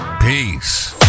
Peace